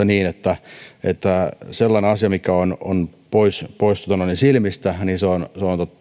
niin että että sellainen asia mikä on on pois pois silmistä on